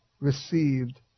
received